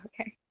Okay